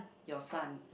your son